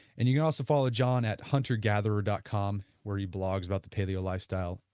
and, you can also follow john at huntergatherer dot com where he blogs about the paleo lifestyle,